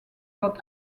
autres